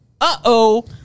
uh-oh